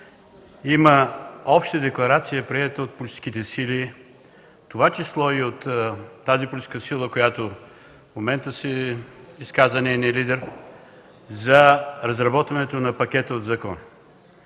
Има Обща декларация приета от политическите сили, в това число и от тази политическа сила, в момента се изказа нейният лидер, за разработването на пакета от закона.